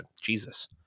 Jesus